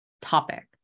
topic